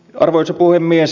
arvoisa puhemies